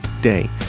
day